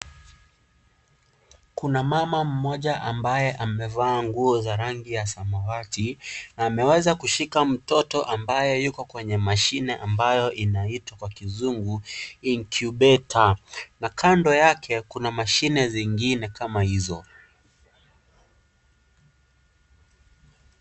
Kuna mama mmoja ambaye amevaa nguo za rangi ya samawati, ameweza kushika mtoto ambaye yuko kwenye mashine, ambayo inaitwa kwa kizungu, Incubator Na kando yake kuna mashine zingine kama hizo.